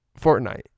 Fortnite